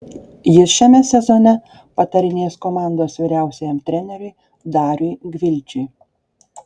jis šiame sezone patarinės komandos vyriausiajam treneriui dariui gvildžiui